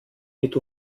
mit